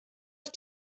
ist